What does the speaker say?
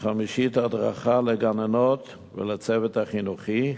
החמישי, הדרכה לגננות ולצוות החינוכי.